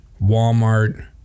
Walmart